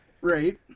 Right